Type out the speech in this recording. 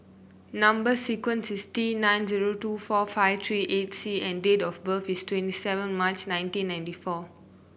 number sequence is T nine zero two four five three eight C and date of birth is twenty seven March nineteen ninety four